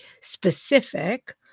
specific